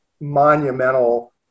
monumental